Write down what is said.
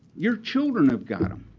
your children have gone them.